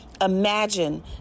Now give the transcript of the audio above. imagine